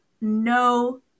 no